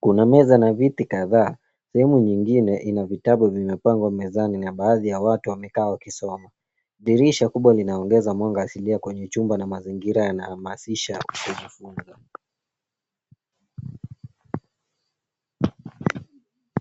Kuna meza na viti kadhaa. Sehemu nyingine ina vitabu vimepangwa mezani na baadhi ya watu wamekaa wakisoma. Dirisha kubwa linaongeza mwanga asilia kwenye chumba na mazingira yanahamasisha kujifunza.